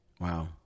Wow